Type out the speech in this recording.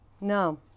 no